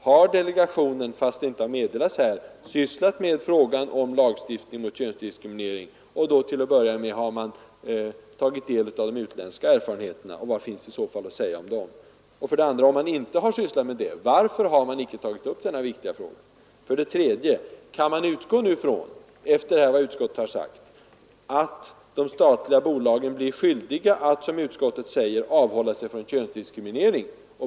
Har delegationen, trots att det inte har meddelats här, tagit upp frågan om lagstiftning mot könsdiskriminering? Har man tagit del av de utländska erfarenheterna och vad finns i så fall att säga om dem? 2. Om man inte har gjort det, varför har man icke tagit upp denna viktiga fråga? 3. Kan vi efter vad utskottet har sagt utgå ifrån att de statliga bolagen blir skyldiga att, som utskottet säger, avhålla sig från könsdiskriminering?